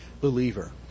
believer